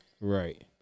Right